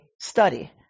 study